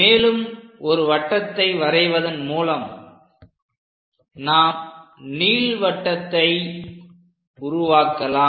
மேலும் ஒரு வட்டத்தை வரைவதன் மூலம் நாம் நீள்வட்டத்தை உருவாக்கலாம்